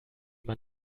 man